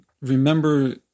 remember